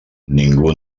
ningú